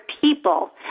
people